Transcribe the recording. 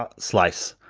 ah slice.